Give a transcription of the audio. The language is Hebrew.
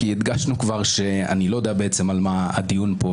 כי כבר הדגשנו שאני לא יודע על מה הדיון פה,